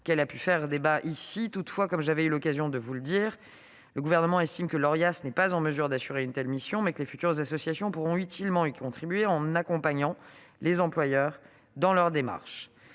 qu'elle a pu faire débat ici. Toutefois, comme j'avais eu l'occasion de vous le dire, le Gouvernement estime que l'Orias n'est pas en mesure d'assurer une telle mission, mais que les futures associations pourront utilement y contribuer en accompagnant les employeurs dans leurs démarches.